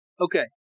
Okay